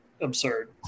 absurd